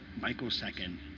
microsecond